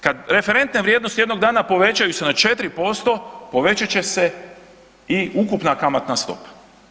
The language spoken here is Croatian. Kad referentne vrijednosti jednog dana povećaju se na 4%, povećat će se i ukupna kamatna stopa.